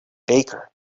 baker